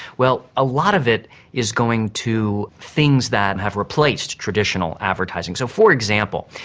well, a lot of it is going to things that and have replaced traditional advertising. so, for example,